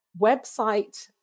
website